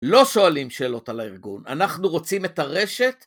לא שואלים שאלות על הארגון, אנחנו רוצים את הרשת